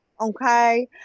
okay